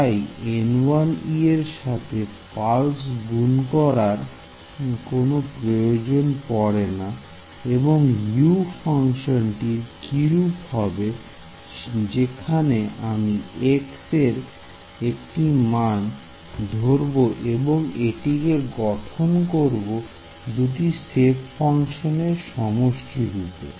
তাই এর সাথে পালস গুণ করার কোন প্রয়োজন পড়ে না এবং U ফাংশনটির কিরূপ হবে যেখানে আমি x এর একটি মান ধরবো এবং এটিকে গঠন করবো দুটি সেপ ফাংশন এর সমষ্টি রূপে